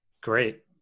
Great